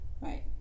Right